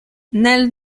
nel